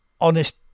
honest